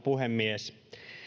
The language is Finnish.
puhemies